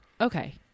Okay